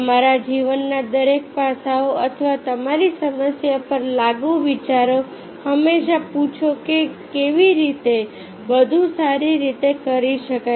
તમારા જીવનના દરેક પાસાઓ અથવા તમારી સમસ્યા પર લાગુ વિચારો હંમેશા પૂછો કે આ કેવી રીતે વધુ સારી રીતે કરી શકાય